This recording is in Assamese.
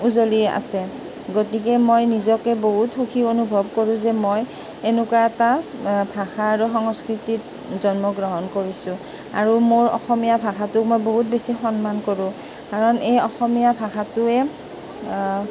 উজলি আছে গতিকে মই নিজকে বহুত সুখী অনুভৱ কৰোঁ যে মই এনেকুৱা এটা আ ভাষা আৰু সংস্কৃতিত জন্মগ্ৰহণ কৰিছোঁ আৰু মোৰ অসমীয়া ভাষাটোক মই বহুত বেছি সন্মান কৰোঁ কাৰণ এই অসমীয়া ভাষাটোৱে